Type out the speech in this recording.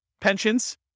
pensions